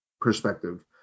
perspective